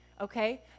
okay